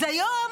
אז היום